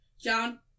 John